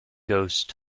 ghost